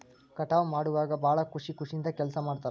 ಕಟಾವ ಮಾಡುವಾಗ ಭಾಳ ಖುಷಿ ಖುಷಿಯಿಂದ ಕೆಲಸಾ ಮಾಡ್ತಾರ